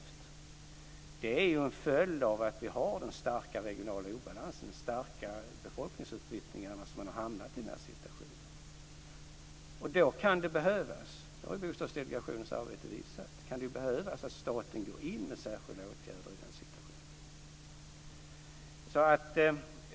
Dessa problem är ju en följd av den starka regionala obalansen och de stora befolkningsutflyttningarna. Då kan det behövas - och det har Bostadsdelegationens arbete visat - att staten går in med särskilda åtgärder i den situationen.